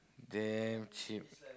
damn cheap